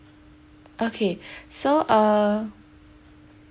okay so uh